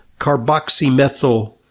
carboxymethyl